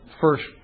first